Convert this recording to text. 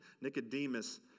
Nicodemus